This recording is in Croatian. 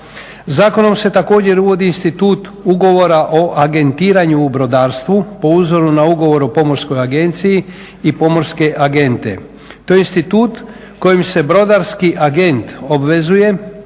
Zakonom se također uvodi institut ugovora o agentiranju u brodarstvu po uzoru na ugovor o pomorskoj agenciji i pomorske agente. To je institut koji se brodarski agent obvezuje